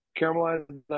caramelized